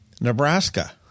Nebraska